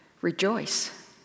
rejoice